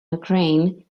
ukraine